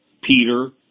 Peter